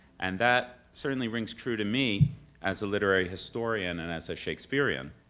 and that certainly rings true to me as a literary historian and as a shakespearean.